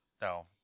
No